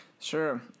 Sure